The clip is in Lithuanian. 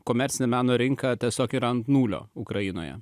komercinio meno rinką tiesiog yra ant nulio ukrainoje